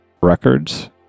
Records